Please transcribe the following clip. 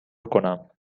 کنم